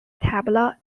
tabla